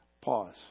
Pause